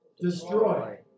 Destroy